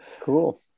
cool